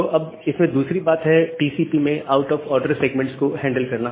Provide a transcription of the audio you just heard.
तो अब इसमें दूसरी बात है टीसीपी में आउट ऑफ ऑर्डर सेगमेंट्स को हैंडल करना